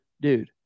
Dude